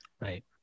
Right